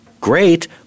great